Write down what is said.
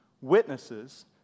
witnesses